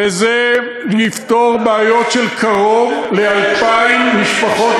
וזה יפתור בעיות של קרוב ל-2,000 משפחות